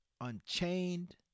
Unchained